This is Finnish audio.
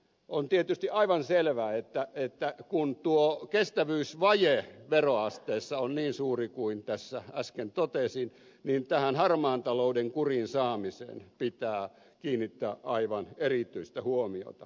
on tietysti aivan selvää että kun tuo kestävyysvaje veroasteessa on niin suuri kuin tässä äsken totesin niin tähän harmaan talouden kuriin saamiseen pitää kiinnittää aivan erityistä huomiota